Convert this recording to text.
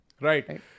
Right